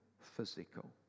physical